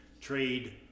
trade